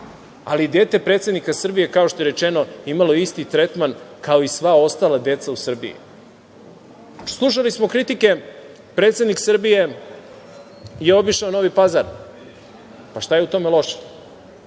ali dete predsednika Srbije, kao što je rečeno, je imalo isti tretman kao i sva ostala deca u Srbiji. Slušali smo kritike – predsednik Srbije je obišao Novi Pazar. Šta je u tome loše?